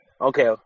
Okay